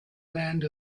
land